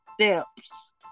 steps